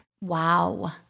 Wow